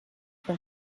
from